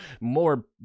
more